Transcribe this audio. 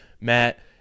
Matt